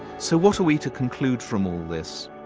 so what are we to conclude from all this?